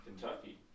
Kentucky